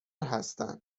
هستن